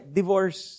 divorce